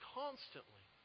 constantly